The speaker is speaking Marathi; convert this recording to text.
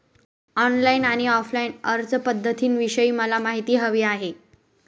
ऑनलाईन आणि ऑफलाईन अर्जपध्दतींविषयी मला माहिती हवी आहे